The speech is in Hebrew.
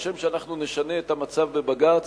כשם שאנחנו נשנה את המצב בבג"ץ,